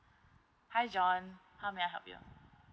hi john how may I help you